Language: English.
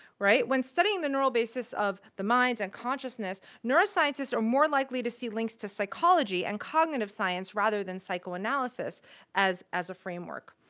right? when studying the neural basis of the mind and consciousness, neuroscientists are more likely to see links to psychology and cognitive science rather than psychoanalysis as as a framework.